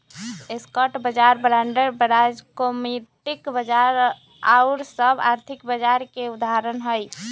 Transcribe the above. stock बाजार, bond बाजार, commodity बाजार आउर सभ आर्थिक बाजार के उदाहरण हइ